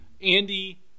Andy